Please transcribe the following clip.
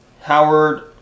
Howard